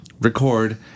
record